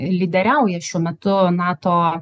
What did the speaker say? lyderiauja šiuo metu nato